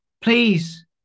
please